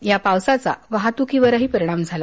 या पावसाचा वाहतुकीवरही परिणाम झाला